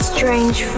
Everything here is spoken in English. Strange